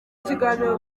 kiganiro